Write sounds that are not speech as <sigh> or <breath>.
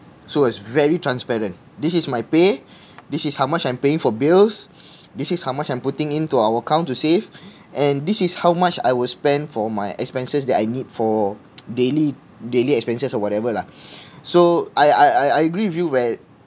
so it's very transparent this is my pay this is how much I'm paying for bills <breath> this is how much I'm putting in to our account to save and this is how much I will spend for my expenses that I need for daily daily expenses or whatever lah so I I I agree with you where